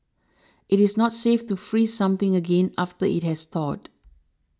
it is not safe to freeze something again after it has thawed